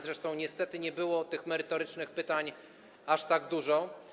Zresztą niestety nie było tych merytorycznych pytań aż tak dużo.